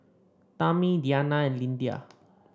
Tammi Deanna and Lyndia